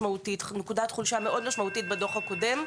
חולשה מאוד משמעותית בדו"ח הקודם.